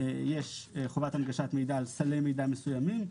שיש חובת הנגשת מידע על סלי מידע מסוימים.